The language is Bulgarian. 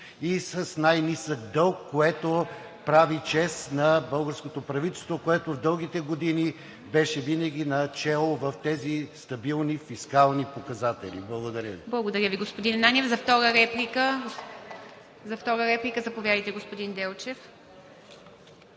и с най-нисък дълг, което прави чест на българското правителство, което в дългите години беше начело в тези стабилни фискални показатели. Благодаря Ви. ПРЕДСЕДАТЕЛ ИВА МИТЕВА: Благодаря Ви, господин Ананиев. За втора реплика? Заповядайте, господин Делчев.